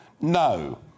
No